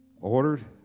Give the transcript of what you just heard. ordered